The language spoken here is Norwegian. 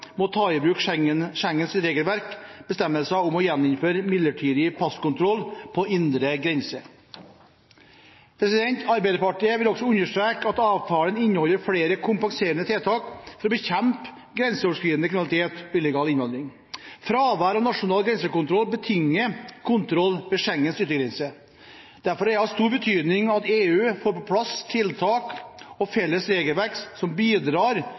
må ta i bruk Schengen-regelverkets bestemmelser om å gjeninnføre midlertidig personkontroll på indre grense. Arbeiderpartiet vil også understreke at avtalen inneholder flere kompenserende tiltak for å bekjempe grenseoverskridende kriminalitet og illegal innvandring. Fravær av nasjonal grensekontroll betinger kontroll ved Schengens yttergrense. Derfor er det av stor betydning at EU får på plass tiltak og felles regelverk som bidrar